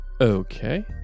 Okay